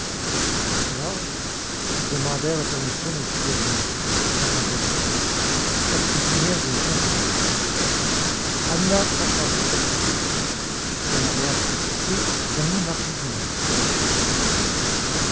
alors ils demandèrent la permission d'inviter une amie mlle florence la cuisinière des gens du premier anna consentit à tout le mariage était fixé au dernier mardi du mois